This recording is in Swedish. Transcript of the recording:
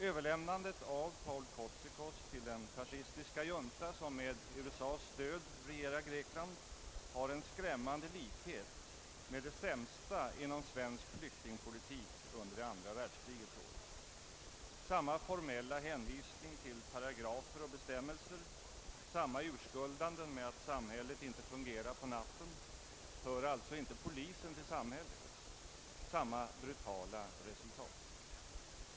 Överlämnandet av Paul Kotzikos till den fascistiska junta, som med USA:s stöd regerar Grekland, har en skrämmande likhet med det sämsta inom svensk flyktingpolitik under det andra världskrigets år. Man finner samma formella hänvisning till paragrafer och bestämmelser, samma <urskuldanden med att samhället inte fungerar på natten — hör alltså icke polisen till samhället? — och samma brutala resultat.